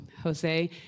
Jose